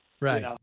Right